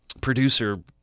producer